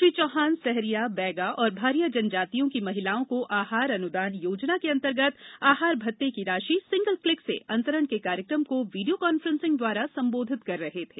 श्री चौहान सहरिया बैगा तथा भारिया जनजातियों की महिलाओं को आहार अनुदान योजना के अंतर्गत आहार भत्ते की राशि सिंगल क्लिक से अंतरण के कार्यक्रम को वीडियो कॉन्फ्रेंसिंग द्वारा संबोधित कर रहे थे